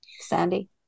sandy